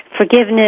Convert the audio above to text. forgiveness